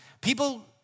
people